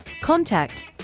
Contact